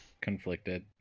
conflicted